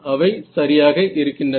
அவை சரியாக இருக்கின்றன